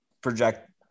project